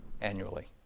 annually